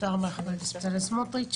תודה רבה לחבר הכנסת בצלאל סמוטריץ'.